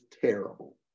terrible